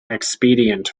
expedient